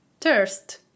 thirst